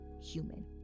human